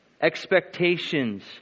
Expectations